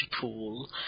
pool